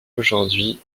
aujourd’hui